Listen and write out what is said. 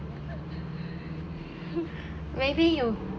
maybe you